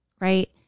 Right